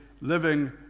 living